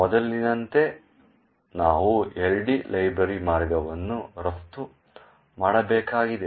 ಮೊದಲಿನಂತೆ ನಾವು LD library ಮಾರ್ಗವನ್ನು ರಫ್ತು ಮಾಡಬೇಕಾಗಿದೆ